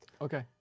Okay